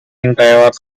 drivers